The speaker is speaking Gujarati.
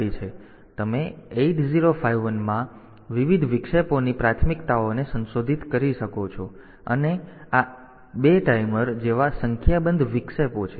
તેથી તમે 8051 માં વિવિધ વિક્ષેપોની પ્રાથમિકતાઓને સંશોધિત કરી શકો છો અને આ 2 ટાઈમર જેવા સંખ્યાબંધ વિક્ષેપો છે